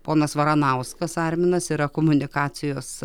ponas varanauskas arminas yra komunikacijos